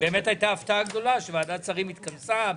באמת הייתה הפתעה גדולה שוועדת שרים התכנסה בדחיפות.